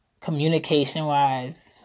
Communication-wise